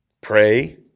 pray